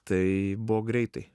tai buvo greitai